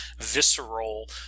visceral